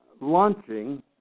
launching